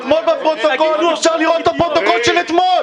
תראו בפרוטוקול של אתמול.